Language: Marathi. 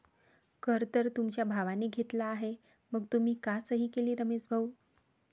कर तर तुमच्या भावाने घेतला आहे मग तुम्ही का सही केली रमेश भाऊ?